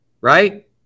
right